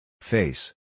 Face